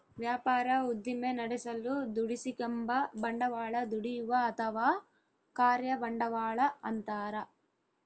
ವ್ಯಾಪಾರ ಉದ್ದಿಮೆ ನಡೆಸಲು ದುಡಿಸಿಕೆಂಬ ಬಂಡವಾಳ ದುಡಿಯುವ ಅಥವಾ ಕಾರ್ಯ ಬಂಡವಾಳ ಅಂತಾರ